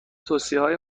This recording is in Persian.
توصیههای